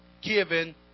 given